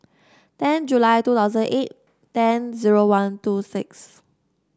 ten July two thousand eight ten zero one two six